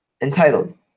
entitled